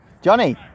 Johnny